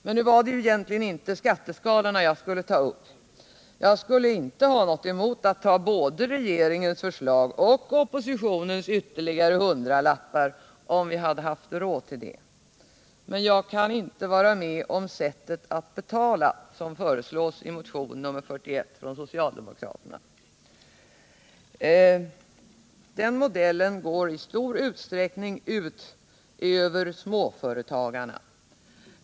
— Men nu var det egentligen inte skatteskalorna jag skulle ta Jag skulle inte ha någonting emot att ta både regeringens förslag och Nr 42 oppositionens ytterligare hundralappar, om vi hade haft råd till det. Men Onsdagen den jag kan inte vara med om sättet att betala som föreslås i motion nr 41 7 december 1977 från socialdemokraterna. Den modellen går i stor utsträckning ut över. = småföretagarna.